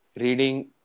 Reading